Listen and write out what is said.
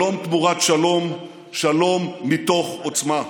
שלום תמורת שלום, שלום מתוך עוצמה.